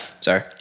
Sorry